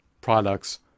products